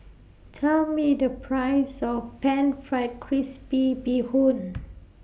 Tell Me The Price of Pan Fried Crispy Bee Hoon